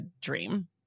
dream